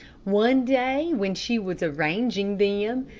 one day when she was arranging them,